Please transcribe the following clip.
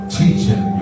teaching